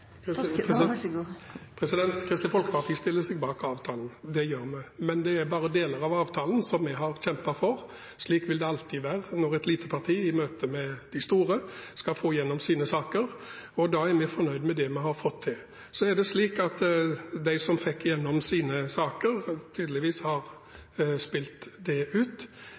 Kristelig Folkeparti stiller seg bak avtalen, det gjør vi. Men det er bare deler av avtalen som vi har kjempet for. Slik vil det alltid være når et lite parti i møte med de store skal få igjennom sine saker. Da er vi fornøyd med det vi har fått til. Så er det slik at de som fikk igjennom sine saker, tydeligvis har spilt det ut.